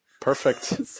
Perfect